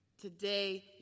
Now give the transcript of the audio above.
Today